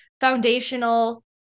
foundational